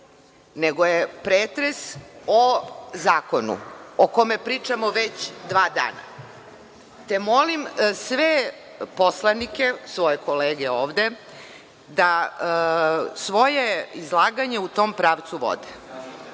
nego je pretres o zakonu o kome pričamo već dva dana, te molim sve poslanike, svoje kolege ovde, da svoje izlaganje u tom pravcu vode.